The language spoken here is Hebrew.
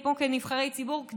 הציבור,